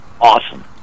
awesome